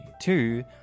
Two